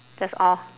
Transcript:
that's all